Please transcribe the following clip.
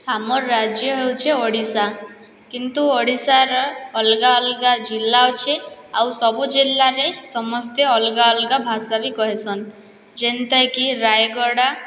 ଆମର୍ ରାଜ୍ୟ ହେଉଛେଁ ଓଡ଼ିଶା କିନ୍ତୁ ଓଡ଼ିଶାର ଅଲଗା ଅଲଗା ଜିଲ୍ଲା ଅଛି ଆଉ ସବୁ ଜିଲ୍ଲାରେ ସମସ୍ତେ ଅଲଗା ଅଲଗା ଭାଷା ବି କହେସନ୍ ଯେନ୍ତା କି ରାୟଗଡ଼ା